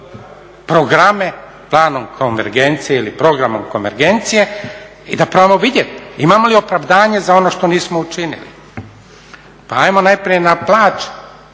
programe planom konvergencije ili programom konvergencije i da probamo vidjeti imamo li opravdanje za ono što nismo učinili. Pa hajmo najprije na plaće.